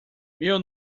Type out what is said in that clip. meu